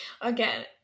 again